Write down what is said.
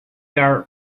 are